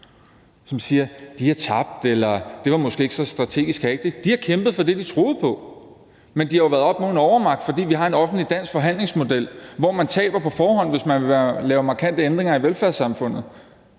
og siger: De har tabt, eller at det måske ikke var så strategisk. Det har kæmpet for det, de troede på! Men de har jo været oppe mod en overmagt, fordi vi har en offentlig dansk forhandlingsmodel, hvor man taber på forhånd, hvis man vil lave markante ændringer af velfærdssamfundet.